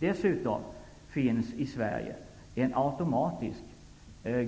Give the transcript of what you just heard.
Det finns i Sverige en automatisk